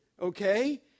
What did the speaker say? okay